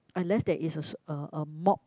unless there is a s~ a a mop